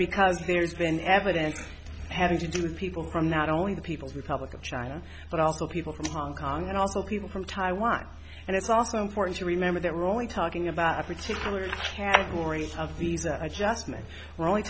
because there's been evidence having to do with people from not only the people's republic of china but also people from hong kong and also people from taiwan and it's also important to remember that we're only talking about a particular category of these are adjustment